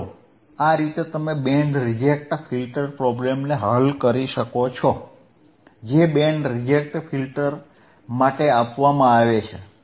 તો મિત્રો આ રીતે તમે બેન્ડ રિજેક્ટ ફિલ્ટર પ્રોબ્લેમને હલ કરી શકો છો જે બેન્ડ રિજેક્ટ ફિલ્ટર માટે આપવામાં આવે છે